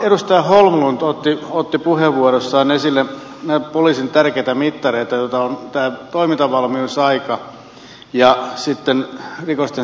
edustaja holmlund otti puheenvuorossaan esille poliisin tärkeitä mittareita joita ovat toimintavalmiusaika ja rikosten selvitysprosentti